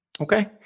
Okay